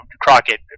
Crockett